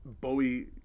Bowie